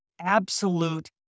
absolute